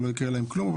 לא יקרה להם כלום.